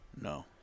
No